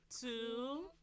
two